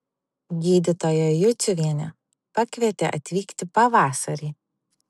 gydytoja juciuvienė pakvietė atvykti pavasarį